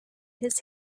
his